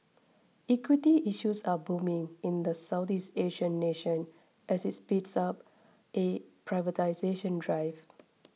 equity issues are booming in the Southeast Asian nation as it speeds up a privatisation drive